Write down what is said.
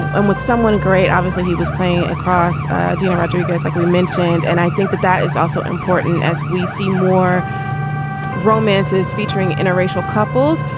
i'm with someone great. obviously he was playing across gina rodriguez like we mentioned and i think that that is also important as we see more romances featuring interracial couples.